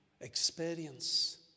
experience